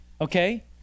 Okay